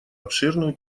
обширную